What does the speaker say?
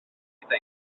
fita